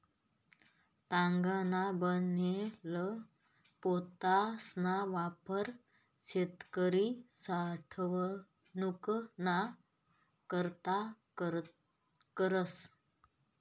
तागना बनेल पोतासना वापर शेतकरी साठवनूक ना करता करस